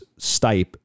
Stipe